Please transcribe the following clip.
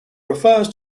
refers